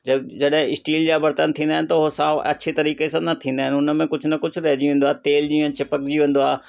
जॾहिं स्टील जा बर्तन थींदा आहिनि त हो सओ अछे तरीक़े सां न थींदा आहिनि हुन में कुझु न कुझु रहिजी वेंदो आहे तेलु जीअं चिपकिजी वेंदो आहे